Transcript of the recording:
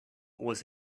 was